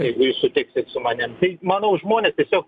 jeigu jūs sutiksit su manim tai manau žmonės tiesiog